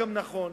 גם נכון,